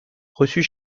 reçut